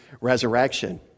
resurrection